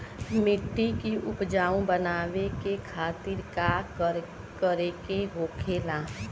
मिट्टी की उपजाऊ बनाने के खातिर का करके होखेला?